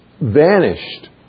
vanished